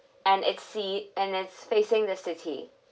and it's sea and it's facing the city